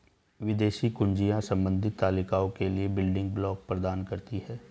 विदेशी कुंजियाँ संबंधित तालिकाओं के लिए बिल्डिंग ब्लॉक प्रदान करती हैं